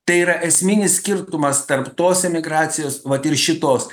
tai yra esminis skirtumas tarp tos emigracijos vat ir šitos